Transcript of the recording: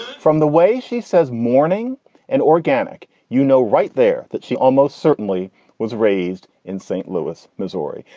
from the way she says morning and organic you know, right there that she almost certainly was raised in st. louis, missouri.